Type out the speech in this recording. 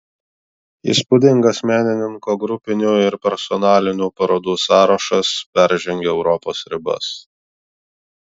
įspūdingas menininko grupinių ir personalinių parodų sąrašas peržengia europos ribas